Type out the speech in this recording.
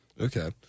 Okay